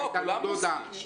כולם נוסעים.